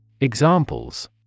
Examples